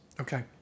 Okay